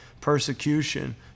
persecution